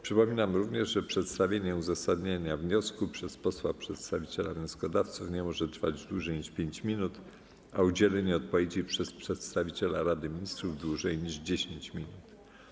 Przypominam również, że przedstawienie uzasadnienia wniosku przez posła przedstawiciela wnioskodawców nie może trwać dłużej niż 5 minut, a udzielenie odpowiedzi przez przedstawiciela Rady Ministrów - dłużej niż 10 minut.